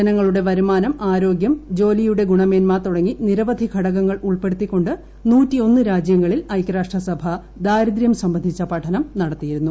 ജനങ്ങളുടെ വരുമാനം ആരോഗ്യം ജോലിയുടെ ഗുണമേന്മ തുടങ്ങി നിരവധി ഘടകങ്ങൾ ഉൾപ്പെടുത്തിക്കൊണ്ട് ഐക്യരാഷ്ട്രസഭ ദാരിദ്ര്യം സംബന്ധിച്ച പഠനം നടത്തിയിരുന്നു